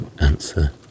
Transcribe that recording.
answer